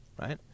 right